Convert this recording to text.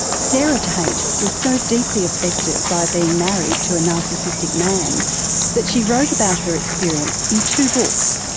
sarah tate was so deeply affected by being married to a narcissistic man that she wrote about her experience in two books.